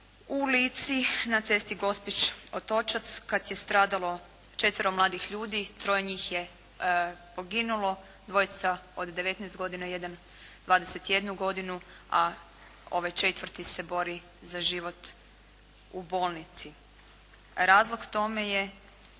u Lici, na cesti Gospić-Otočac kad je stradalo četvero mladih ljudi, troje njih je poginulo, dvojica od 19 godina, jedan 21 godinu, a ovaj četvrti se bori za život u bolnici. Razlog tome je